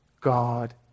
God